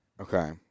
Okay